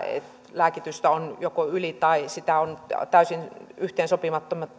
lääkitystä on yli tai on täysin yhteensopimatonta